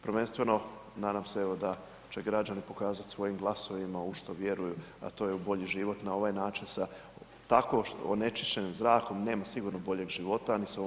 Prvenstveno nadam se evo, da će građani pokazati svojim glasovima u što vjeruju, a to je u bolji život na ovaj način sa tako onečišćenim zrakom nema sigurno boljeg života ni s ovom politikom.